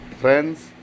friends